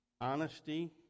honesty